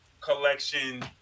collection